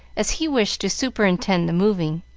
as he wished to superintend the moving.